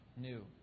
new